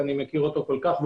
ומכיר אותו כל כך,